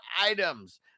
items